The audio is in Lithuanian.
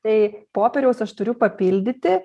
tai popieriaus aš turiu papildyti